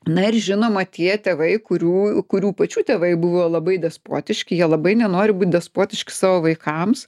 na ir žinoma tie tėvai kurių kurių pačių tėvai buvo labai despotiški jie labai nenori būt despotiški savo vaikams